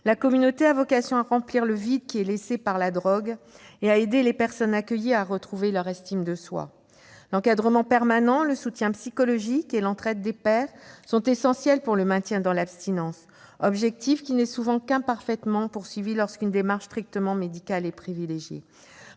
La communauté a vocation à remplir le vide laissé par la drogue et à leur permettre de retrouver une estime de soi. L'encadrement permanent, le soutien psychologique et l'entraide des pairs sont essentiels pour le maintien dans l'abstinence, objectif qui n'est souvent atteint qu'imparfaitement dans le cadre d'une démarche strictement médicale.